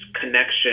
connection